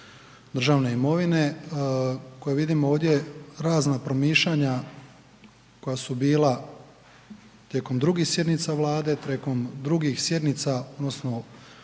državne imovine koje vidimo ovdje razna promišljanja koja su bila tijekom drugih sjednica Vlade, tijekom drugih sjednica odnosno